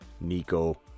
Nico